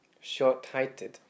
short-heighted